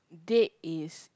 date is